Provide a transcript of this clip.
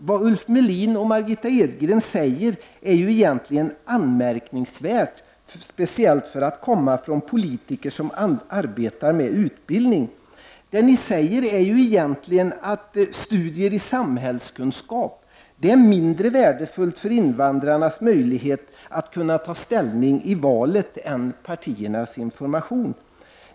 Vad Ulf Melin och Margitta Edgren säger är ju anmärkningsvärt, speciellt med tanke på att det kommer från politiker som arbetar med utbildningsfrågor. Det ni säger är egentligen att studier i samhällskunskap är mindre värdefullt än partiernas information för invandrarnas möjlighet att ta ställning i valet.